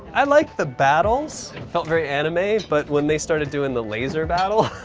i liked the battles, felt very anime, but when they started doing the laser battle